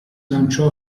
lanciò